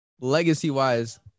legacy-wise